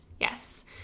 yes